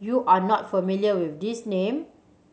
you are not familiar with these name